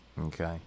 Okay